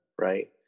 right